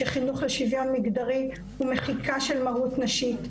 שחינוך לשוויון מגדרי הוא מחיקה של מהות נשית,